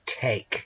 take